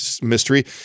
mystery